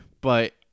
But-